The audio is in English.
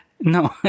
no